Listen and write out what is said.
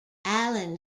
allen